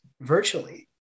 virtually